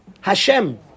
Hashem